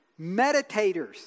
meditators